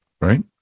Right